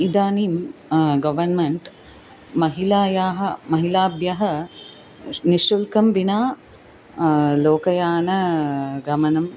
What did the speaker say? इदानीं गवन्मेन्ट् महिलायाः महिलाभ्यः निश्शुल्कं विना लोकयानगमनम्